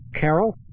Carol